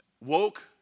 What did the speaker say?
woke